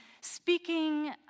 speaking